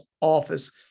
office